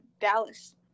Dallas